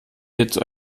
hierzu